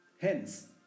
hence